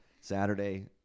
Saturday